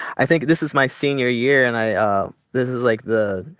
i think this is my senior year. and i this is, like, the